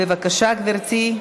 בבקשה, גברתי,